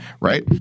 right